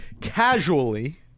Casually